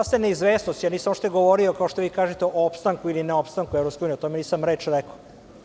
Ostaje neizvesnost, ja nisam uopšte govorio, kao što vi kažete, o opstanku ili neostanku EU, o tome nisam reč rekao.